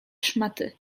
szmaty